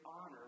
honor